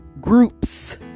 groups